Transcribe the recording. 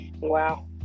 Wow